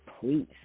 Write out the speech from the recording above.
please